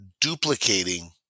duplicating